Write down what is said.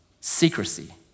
secrecy